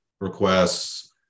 requests